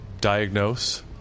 diagnose